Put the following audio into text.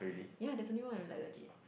ya there's a new one like legit